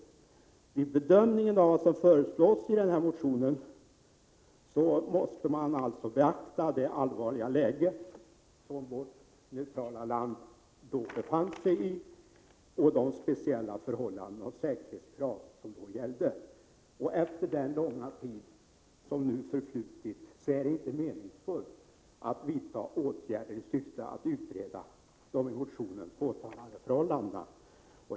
Vid bedömningen av vad som föreslås i motionen måste man alltså beakta det allvarliga läge som vårt neutrala land då befann sig i, och de speciella förhållanden som då rådde och de säkerhetskrav som gällde. Efter den långa tid som nu har förflutit är det inte meningsfullt att vidta åtgärder i syfte att utreda de i motionen påtalade förhållandena.